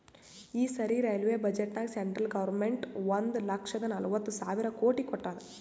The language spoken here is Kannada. ಈ ಸರಿ ರೈಲ್ವೆ ಬಜೆಟ್ನಾಗ್ ಸೆಂಟ್ರಲ್ ಗೌರ್ಮೆಂಟ್ ಒಂದ್ ಲಕ್ಷದ ನಲ್ವತ್ ಸಾವಿರ ಕೋಟಿ ಕೊಟ್ಟಾದ್